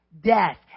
death